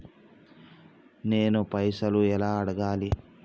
నేను పైసలు ఎలా అడగాలి?